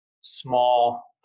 small